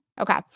Okay